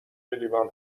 لیوان